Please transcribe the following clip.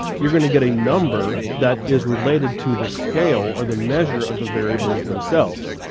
you're gonna get a number that is related to the scale or the measure of the variables themselves.